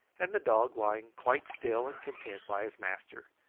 and the dog lying quite still and content by his master,